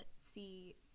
see